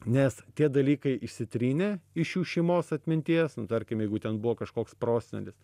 nes tie dalykai išsitrynė iš jų šeimos atminties nu tarkim jeigu ten buvo kažkoks prosenelis